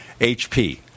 hp